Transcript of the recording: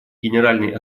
генеральной